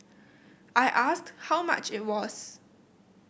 I asked how much it was